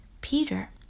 Peter